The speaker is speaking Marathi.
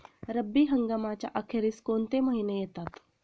रब्बी हंगामाच्या अखेरीस कोणते महिने येतात?